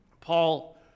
Paul